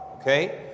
okay